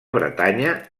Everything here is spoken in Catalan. bretanya